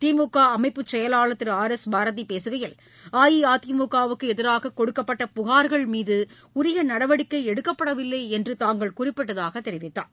திமுகஅமைப்புச் செயலாளர் திரு R S பாரதிபேசுகையில் அஇஅதிமுவுக்குஎதிராககொடுக்கப்பட புகார்கள் மீதஉரியநடவடிக்கைஎடுக்கப்படவில்லைஎன்றுதாங்கள் குறிப்பிட்டதாகவும் தெரிவித்தார்